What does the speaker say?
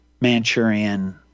Manchurian